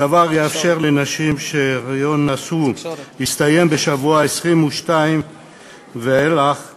הדבר יאפשר לנשים שההיריון שנשאו הסתיים בשבוע ה-22 להיריון ואילך,